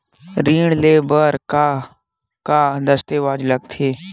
ऋण ले बर का का दस्तावेज लगथे?